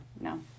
no